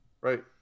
Right